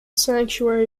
sanctuary